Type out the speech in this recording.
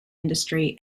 industry